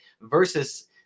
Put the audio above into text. versus